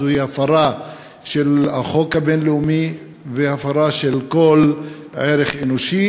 זוהי הפרה של החוק הבין-לאומי והפרה של כל ערך אנושי,